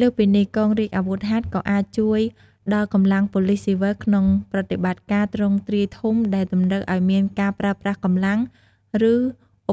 លើសពីនេះ កងរាជអាវុធហត្ថក៏អាចជួយដល់កម្លាំងប៉ូលិសស៊ីវិលក្នុងប្រតិបត្តិការទ្រង់ទ្រាយធំដែលតម្រូវឲ្យមានការប្រើប្រាស់កម្លាំង ឬឧ